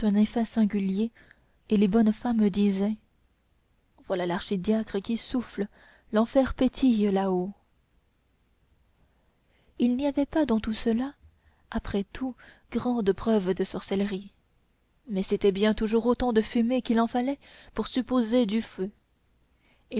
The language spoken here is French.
singulier et les bonnes femmes disaient voilà l'archidiacre qui souffle l'enfer pétille là-haut il n'y avait pas dans tout cela après tout grandes preuves de sorcellerie mais c'était bien toujours autant de fumée qu'il en fallait pour supposer du feu et